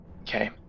Okay